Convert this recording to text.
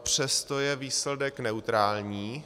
Přesto je výsledek neutrální.